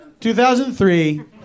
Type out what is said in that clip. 2003